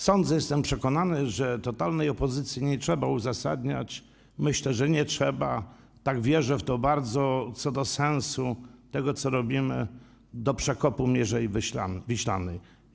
Sądzę, jestem przekonany, że totalnej opozycji nie trzeba przekonywać - myślę, że nie trzeba, wierzę w to bardzo - co do sensu tego, co robimy, czyli do przekopu Mierzei Wiślanej.